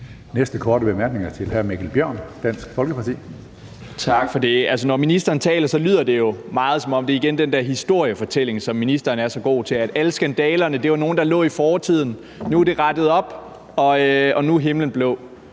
Næste korte bemærkning er til hr. Mikkel Bjørn, Dansk Folkeparti. Kl. 11:03 Mikkel Bjørn (DF): Tak for det. Når ministeren taler, lyder det meget, som om det igen er den der historiefortælling, som ministeren er så god til, nemlig at alle skandalerne var nogle, der lå i fortiden, og at det nu er rettet op, og nu er himlen blå.